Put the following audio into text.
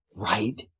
right